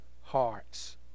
hearts